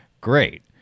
great